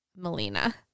Melina